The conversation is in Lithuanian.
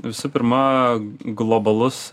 visų pirma globalus